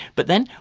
but then,